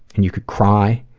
and you could cry.